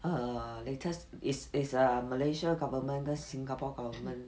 err latest is is a malaysia government 跟 singapore government